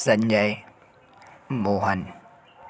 Sanjay Mohan